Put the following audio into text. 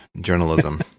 journalism